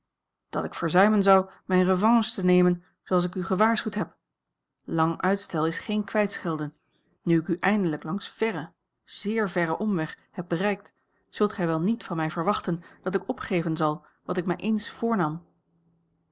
dat ik verzuimen zou mijne revanche te nemen zooals ik u gewaarschuwd heb lang uitstel is geen kwijtschelden nu ik u eindelijk langs verren zeer verren omweg heb bereikt zult gij wel niet van mij verwachten dat ik opgeven zal wat ik mij eens voornam